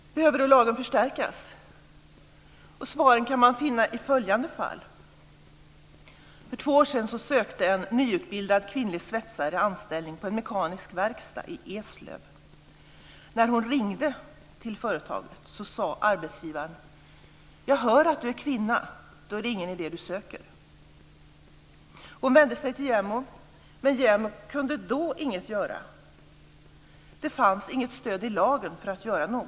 Behöver lagen förstärkas? Svaren kan man finna i följande fall. För två år sedan sökte en nyutbildad kvinnlig svetsare anställning på en mekanisk verkstad i Eslöv. När hon ringde till företaget sade arbetsgivaren: Jag hör att du är kvinna. Då är det ingen idé att du söker. Hon vände sig till JämO, men JämO kunde inget göra då. Det fanns inget stöd i lagen.